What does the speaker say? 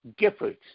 Giffords